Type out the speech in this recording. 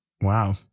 Wow